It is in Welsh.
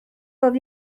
dod